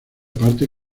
parte